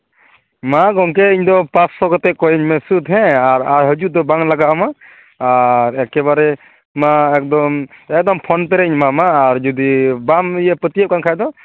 ᱢᱟ ᱜᱚᱢᱠᱮ ᱤᱧᱫᱚ ᱯᱟᱸᱪᱥᱳ ᱠᱟᱛᱮᱫ ᱠᱚᱭᱤᱧ ᱢᱮ ᱥᱩᱫᱽ ᱦᱮᱸ ᱟᱨ ᱟᱨ ᱦᱤᱡᱩᱜ ᱫᱚ ᱵᱟᱝ ᱞᱟᱜᱟᱣᱢᱟ ᱟᱨ ᱮᱠᱮᱵᱟᱨᱮ ᱚᱱᱟ ᱮᱠᱫᱚᱢ ᱮᱠᱫᱚᱢ ᱯᱷᱳᱱ ᱯᱮᱨᱤᱧ ᱮᱢᱟᱢᱟ ᱟᱨ ᱡᱩᱫᱤ ᱵᱟᱢ ᱤᱭᱟᱹ ᱯᱟᱹᱛᱭᱟᱹᱜ ᱠᱟᱱ ᱠᱷᱟᱱ ᱫᱚ